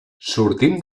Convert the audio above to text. sortim